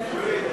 לך על זה.